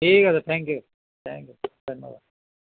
ঠিক আছে thank you thank you ধন্যবাদ